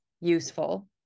useful